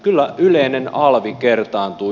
kyllä yleinen alvi kertaantuu